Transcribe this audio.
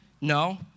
No